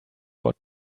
what